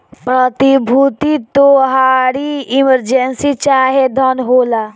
प्रतिभूति तोहारी इमर्जेंसी चाहे धन होला